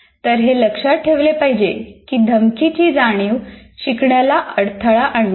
तर हे लक्षात ठेवले पाहिजे की धमकी ची जाणीव शिकण्याला अडथळा आणते